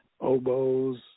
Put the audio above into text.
oboes